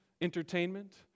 entertainment